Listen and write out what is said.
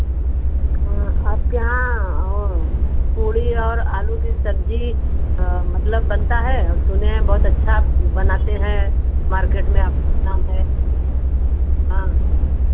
हाँ आपके यहाँ पूड़ी और आलू की सब्ज़ी मतलब बनता है सुने हैं बहुत अच्छा बनाते हैं मार्केट में आपका नाम है हाँ